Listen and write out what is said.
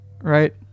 right